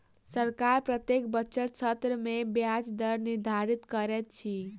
सरकार प्रत्येक बजट सत्र में ब्याज दर निर्धारित करैत अछि